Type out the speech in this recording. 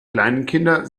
kleinkinder